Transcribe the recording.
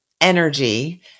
energy